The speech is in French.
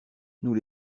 nous